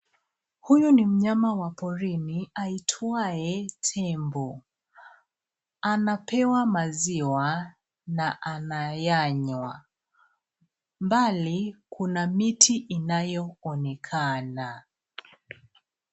Huyu ni mnyama wa porini aitwaye tembo. Anapewa maziwa na anayanywa. Mbali kuna miti inayoonekana.